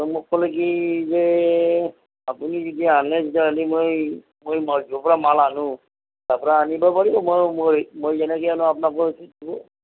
মোক ক'লে কি যে আপুনি যেতিয়া আনে তেতিয়া মই মই য'ৰ পৰা মাল আনো আনিব পাৰি মই মই যেনেকে আনো আপ্নাকো তেনেকই দিব